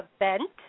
event